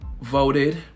voted